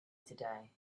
today